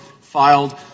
filed